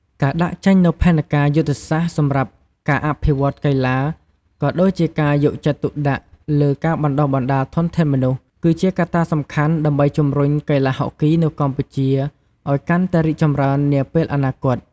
ការដាក់ចេញនូវផែនការយុទ្ធសាស្ត្រសម្រាប់ការអភិវឌ្ឍន៍កីឡា ក៏ដូចជាការយកចិត្តទុកដាក់លើការបណ្ដុះបណ្ដាលធនធានមនុស្ស គឺជាកត្តាសំខាន់ដើម្បីជំរុញកីឡាហុកគីនៅកម្ពុជាឲ្យកាន់តែរីកចម្រើននាពេលអនាគត។